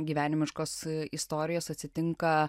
gyvenimiškos istorijos atsitinka